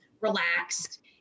relaxed